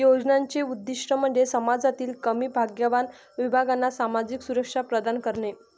योजनांचे उद्दीष्ट म्हणजे समाजातील कमी भाग्यवान विभागांना सामाजिक सुरक्षा प्रदान करणे